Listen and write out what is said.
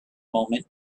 moment